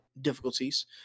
difficulties